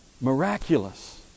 miraculous